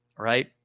Right